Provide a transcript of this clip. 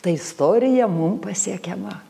ta istorija mum pasiekiama